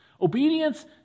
Obedience